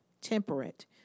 temperate